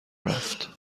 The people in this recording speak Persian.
رفت